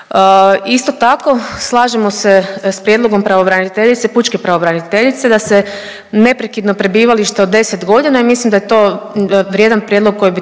Isto tako slažemo se s prijedlogom pravobraniteljice, pučke pravobraniteljice da se neprekidno prebivalište od 10.g., i ja mislim da je to vrijedan prijedlog koji bi